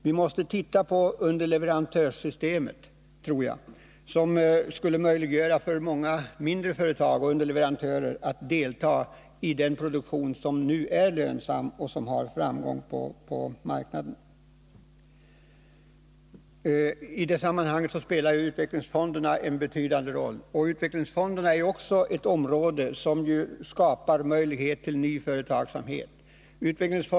Vi måste titta på underleverantörssystemet som skulle kunna möjliggöra för många mindre företag och underleverantörer att delta i den produktion som nu är lönsam och som har framgång på marknaden. I det sammanhanget spelar utvecklingsfonderna en betydande roll. Utvecklingsfonderna skapar ju också möjligheter till ny företagsamhet.